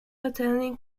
attending